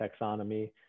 taxonomy